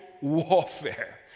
warfare